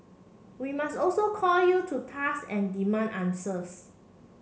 we must also call you to task and demand answers